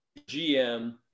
GM